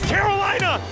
Carolina